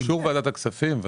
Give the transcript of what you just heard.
באישור ועדת הכספים.